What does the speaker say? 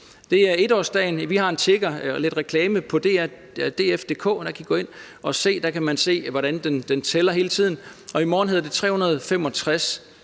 Det er 1-årsdagen. Vi har en tikker og lidt reklame på df.dk, hvor I kan gå ind at se, hvordan den tæller hele tiden. I morgen er det 365